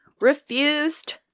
refused